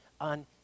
on